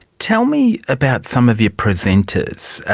tell me about some of your presenters.